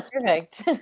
perfect